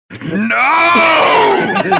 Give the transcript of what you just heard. No